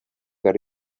that